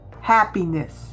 happiness